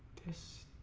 this